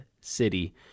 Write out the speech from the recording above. city